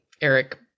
Eric